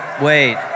wait